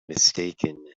mistaken